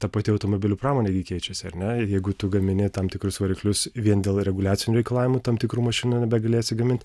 ta pati automobilių pramonė gi keičiasi ar ne jeigu tu gamini tam tikrus variklius vien dėl reguliacinių reikalavimų tam tikrų mašina nebegalėsi gamint